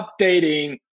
updating